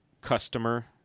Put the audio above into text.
customer